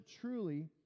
truly